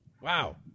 Wow